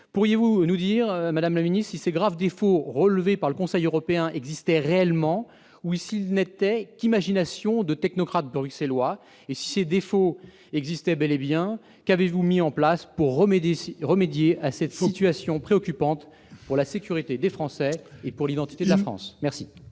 Pourriez-vous nous dire, madame la ministre, si ces graves défauts relevés par le Conseil européen existaient réellement, ou s'ils n'étaient qu'imagination de technocrates bruxellois ? Et si ces défauts existaient bel et bien, qu'avez-vous mis en place pour remédier à cette situation préoccupante pour la sécurité des Français et pour l'identité de la France ? La